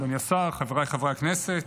אדוני השר, חבריי חברי הכנסת,